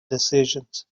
decisions